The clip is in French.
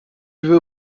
veux